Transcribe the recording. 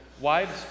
wives